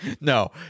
No